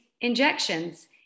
injections